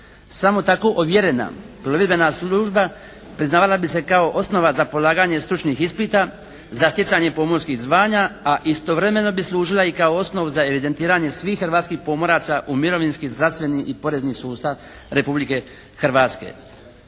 Samo tako ovjerena plovidbena služba priznavala bi se kao osnova za polaganje stručnih ispita, za stjecanje pomorskih zvanja, a istovremeno bi služila i kao osnov za evidentiranje svih hrvatskih pomoraca u mirovinski, zdravstveni i porezni sustav Republike Hrvatske.